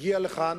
הגיעה לכאן,